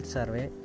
Survey